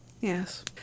yes